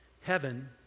Heaven